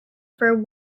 for